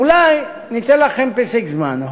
אולי ניתן לכם פסק זמן,